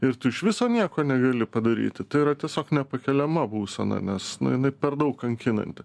ir tu iš viso nieko negali padaryti tai yra tiesiog nepakeliama būsena nes nu jinai per daug kankinanti